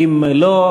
ואם לא,